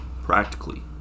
practically